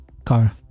Car